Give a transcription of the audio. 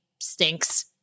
stinks